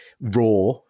raw